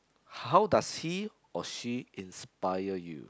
how does he or she inspire you